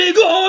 go